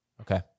Okay